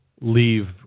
leave